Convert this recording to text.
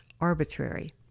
arbitrary